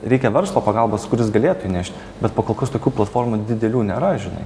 reikia verslo pagalbos kuris galėtų įnešti bet pakol kas tokių platformų didelių nėra žinai